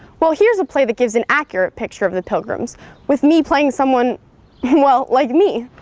well, here's a play that gives an accurate picture of the pilgrims with me playing someone well, like me!